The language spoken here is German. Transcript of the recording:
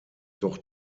doch